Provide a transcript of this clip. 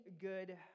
good